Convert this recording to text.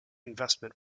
investment